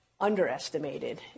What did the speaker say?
underestimated